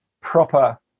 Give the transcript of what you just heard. proper